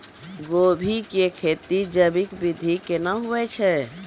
गोभी की खेती जैविक विधि केना हुए छ?